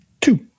two